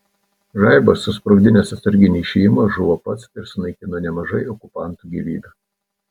žaibas susprogdinęs atsarginį išėjimą žuvo pats ir sunaikino nemažai okupantų gyvybių